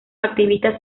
activistas